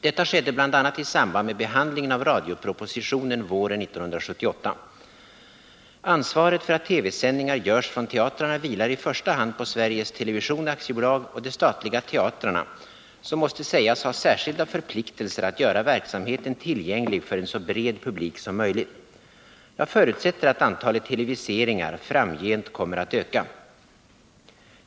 Detta skedde bl.a. i samband med behandlingen av radiopropositionen våren 1978. Ansvaret för att TV-sändningar görs från teatrarna vilar i första hand på Sveriges Television AB och de statliga teatrarna, som måste sägas ha särskilda förpliktelser att göra verksamheten tillgänglig för en så bred publik som möjligt. Jag förutsätter att antalet televiseringar framgent kommer att öka.